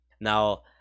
now